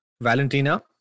Valentina